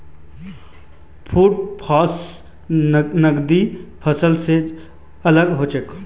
food crops नगदी फसल से अलग होचे